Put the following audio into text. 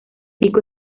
pico